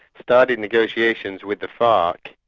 started negotiations with the farc,